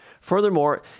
Furthermore